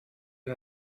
and